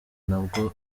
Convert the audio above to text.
nabwo